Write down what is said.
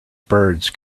birds